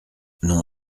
nom